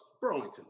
Burlington